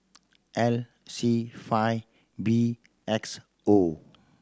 L C five B X O